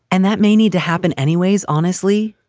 and that may need to happen anyways. honestly,